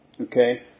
Okay